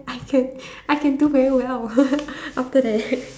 I can I can do very well after that